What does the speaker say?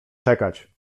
czekać